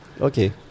Okay